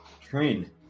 train